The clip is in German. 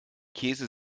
käse